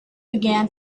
began